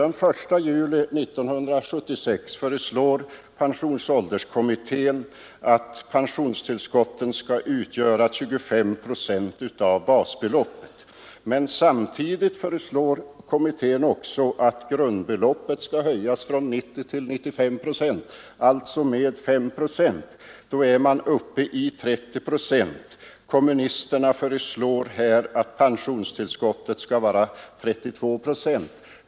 Pensionsålderskommittén föreslår att pensionstillskotten den 1 juli 1976 skall utgöra 25 procent av basbeloppet. Samtidigt föreslår kommittén att grundbeloppet höjs från 90 till 95 procent, alltså 5 procent. Då är man uppe i 30 procent. Kommunisterna förelår här att pensionstillskottet skall vara 32 procent.